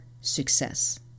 success